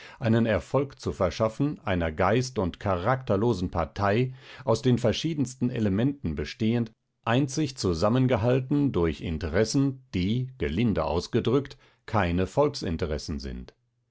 einen erfolg zu verschaffen einer geist und charakterlosen partei aus den verschiedensten elementen bestehend einzig zusammengehalten durch interessen die gelinde ausgedrückt keine volksinteressen sind